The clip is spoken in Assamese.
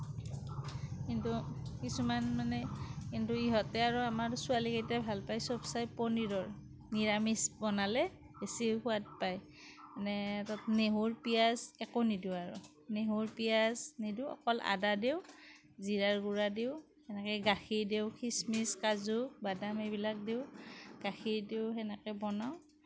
কিন্তু কিছুমান মানে কিন্তু ইহঁতে আৰু আমাৰ ছোৱালীকেইটাই ভাল পায় সবসে পনীৰৰ নিৰামিষ বনালে বেছি সোৱাদ পায় মানে তাত নহৰু পিঁয়াজ একো নিদিওঁ আৰু নহৰু পিঁয়াজ নিদিওঁ অকল আদা দিওঁ জিৰাৰ গুড়া দিওঁ সেনেকে গাখীৰ দিওঁ খিচমিচ কাজু বাদাম এইবিলাক দিওঁ গাখীৰ দিওঁ সেনেকে বনাওঁ